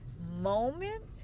moment